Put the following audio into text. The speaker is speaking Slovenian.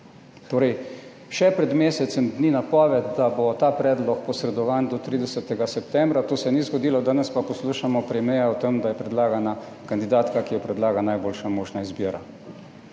Torej še pred mesecem dni napoved, da bo ta predlog posredovan do 30. septembra, to se ni zgodilo. Danes pa poslušamo premierja o tem, da je predlagana kandidatka, ki jo predlaga, najboljša možna izbira.